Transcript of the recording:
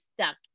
stuck